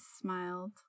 smiled